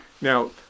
Now